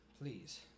Please